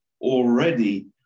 already